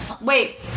Wait